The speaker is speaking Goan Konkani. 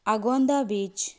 आगोंदा बीच